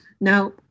Now